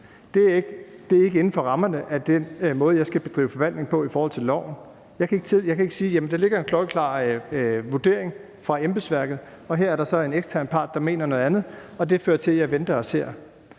Det er ikke inden for rammerne af den måde, jeg skal bedrive forvaltning på i forhold til loven. Jeg kan ikke sige, at der ligger en klokkeklar vurdering fra embedsværket, og her er der så en ekstern part, der mener noget andet, og det fører så til, at jeg venter og ser.